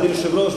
אדוני היושב-ראש,